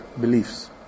beliefs